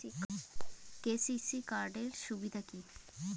KCC card এর সুবিধা কি?